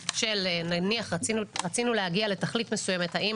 נניח רצינו להגיע לתכלית מסוימת האם